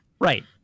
Right